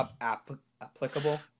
applicable